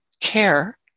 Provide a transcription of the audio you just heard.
care